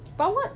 but what